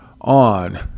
on